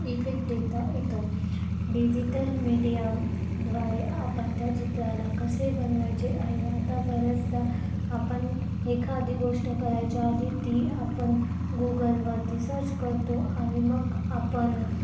effect देता येतो digital मीडियाद्वारे आपण त्या चित्राला कसे बनवायचे आहे आता बऱ्याचदा आपण एखादी गोष्ट करायच्या आधी ती आपण गुगलवरती सर्च करतो आणि मग आपण